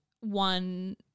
one